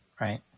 right